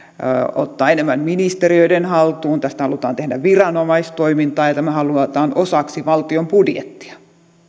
ottaa enemmän ministeriöiden haltuun tästä halutaan tehdä viranomaistoimintaa ja tämä halutaan osaksi valtion budjettia